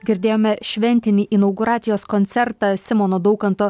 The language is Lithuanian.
girdėjome šventinį inauguracijos koncertą simono daukanto